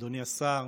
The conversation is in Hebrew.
אדוני השר,